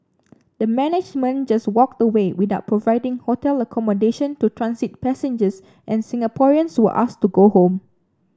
the management just walked away without providing hotel accommodation to transit passengers and Singaporeans were asked to go home